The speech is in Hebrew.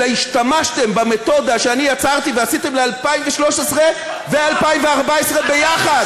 אלא השתמשתם במתודה שאני יצרתי ועשיתם ל-2013 ו-2014 ביחד.